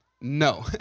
No